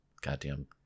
goddamn